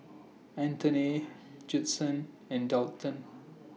Anthoney Judson and Daulton